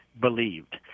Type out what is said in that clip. believed